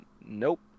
Nope